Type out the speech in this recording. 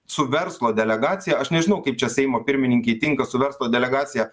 su verslo delegacija aš nežinau kaip čia seimo pirmininkei tinka su verslo delegacija